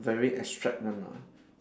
very abstract one ah